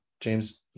James